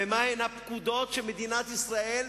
ומהן הפקודות שמדינת ישראל,